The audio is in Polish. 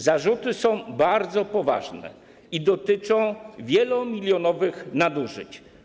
Zarzuty są bardzo poważne i dotyczą wielomilionowych nadużyć.